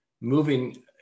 moving